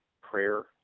prayer